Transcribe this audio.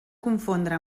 confondre